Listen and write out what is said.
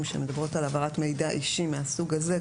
שמדברות על העברת מידע אישי מהסוג הזה,